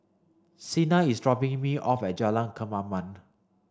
Cena is dropping me off at Jalan Kemaman